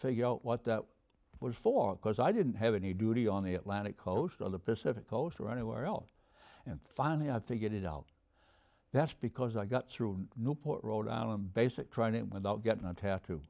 figure out what that was for because i didn't have any duty on the atlantic coast or the pacific coast or anywhere else and finally i figured it out that's because i got through newport rhode island basic trying it without getting a ta